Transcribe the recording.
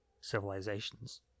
civilizations